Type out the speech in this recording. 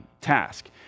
task